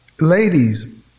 ladies